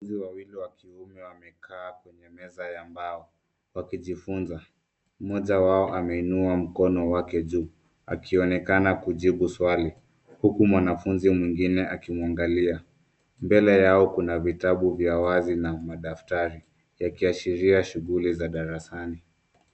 Wanafuzi wawili wa kiume wamekaa kwenye meza ya mbao wakijifuza. Mmoja wao ameinua mkono wake juu akionekana kujibu swali, uku mwanafuzi mwingine akimwangalia. Mbele yao kuna vitabu vya wazi na madaftari yakiashiria shughuli za darasani.